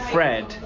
Fred